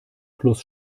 plus